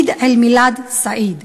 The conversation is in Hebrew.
עיד אלמילאד סעיד.